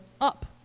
up